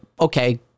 Okay